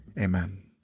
amen